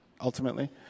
ultimately